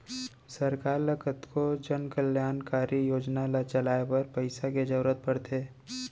सरकार ल कतको जनकल्यानकारी योजना ल चलाए बर पइसा के जरुरत पड़थे